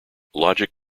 logic